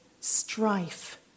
strife